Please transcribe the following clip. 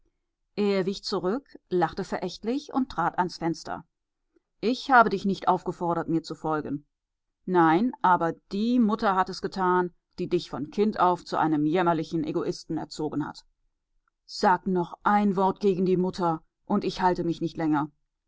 er wich zurück lachte verächtlich und trat ans fenster ich habe dich nicht aufgefordert mir zu folgen nein aber die mutter hat es getan die dich von kind auf zu einem jämmerlichen egoisten erzogen hat sag noch ein wort gegen die mutter und ich halte mich nicht länger